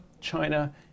China